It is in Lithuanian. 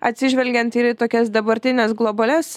atsižvelgiant ir į tokias dabartines globalias